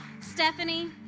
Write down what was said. Stephanie